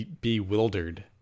bewildered